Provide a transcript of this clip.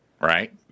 right